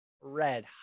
red